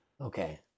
Okay